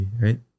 Right